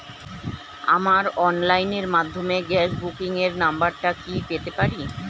আমার অনলাইনের মাধ্যমে গ্যাস বুকিং এর নাম্বারটা কি পেতে পারি?